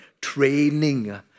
training